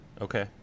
Okay